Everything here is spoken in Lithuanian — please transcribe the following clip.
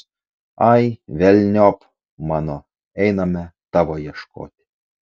ai velniop mano einame tavo ieškoti